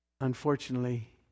unfortunately